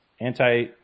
anti